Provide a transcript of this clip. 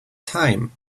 time